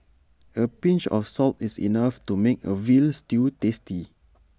A pinch of salt is enough to make A Veal Stew tasty